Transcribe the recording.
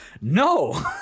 no